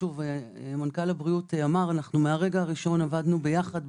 מנכ"ל משרד הבריאות אמר שמהרגע הראשון עבדנו ביחד,